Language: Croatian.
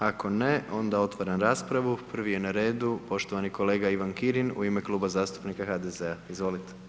Ako ne, onda otvaram raspravu, prvi je na redu poštovani kolega Ivan Kirin u ime Kluba zastupnika HDZ-a, izvolite.